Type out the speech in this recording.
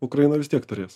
ukraina vis tiek turės